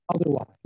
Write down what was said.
otherwise